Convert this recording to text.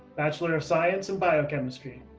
bachelor of science in biochemistry.